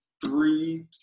three